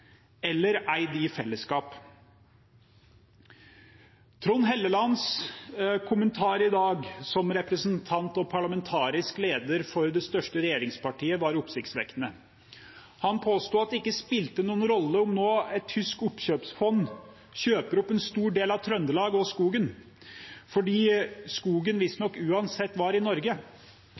eller eid i fellesskap. Trond Hellelands kommentar i dag, som representant og parlamentarisk leder for det største regjeringspartiet, var oppsiktsvekkende. Han påsto at det ikke spilte noen rolle om et tysk oppkjøpsfond kjøper opp en stor del av Trøndelag og skogen, fordi skogen visstnok uansett var i Norge.